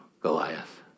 Goliath